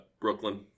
Brooklyn